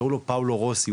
קוראים לו פאולו רוסיו,